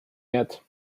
yet